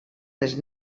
les